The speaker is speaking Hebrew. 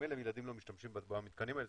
שממילא ילדים לא משתמשים במתקנים האלה,